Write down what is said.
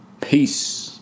Peace